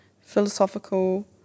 philosophical